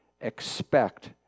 expect